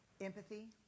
Empathy